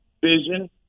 vision